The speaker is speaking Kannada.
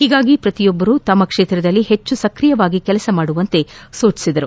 ಹೀಗಾಗಿ ಪ್ರತಿಯೊಬ್ಬರು ತಮ್ಮ ಕ್ಷೇತ್ರದಲ್ಲಿ ಹೆಚ್ಚು ಸ್ಕ್ರಿಯವಾಗಿ ಕೆಲಸ ಮಾಡುವಂತೆ ಸೂಚಿಸಿದರು